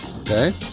Okay